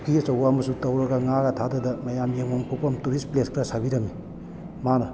ꯑꯗꯩ ꯄꯨꯈ꯭ꯔꯤ ꯑꯆꯧꯕ ꯑꯃꯁꯨ ꯇꯧꯔꯒ ꯉꯥꯒ ꯊꯥꯊꯗꯅ ꯃꯌꯥꯝ ꯌꯦꯡꯐꯝ ꯈꯣꯠꯄꯝ ꯇꯨꯔꯤꯁ ꯄ꯭ꯂꯦꯁ ꯈꯔ ꯁꯥꯕꯤꯔꯝꯃꯤ ꯃꯥꯅ